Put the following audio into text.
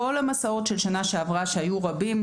כל המסעות של שנה שעברה - והיו רבים,